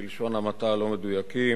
בלשון המעטה לא מדויקים,